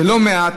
זה לא מעט.